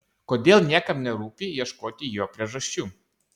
kodėl niekam nerūpi ieškoti jo priežasčių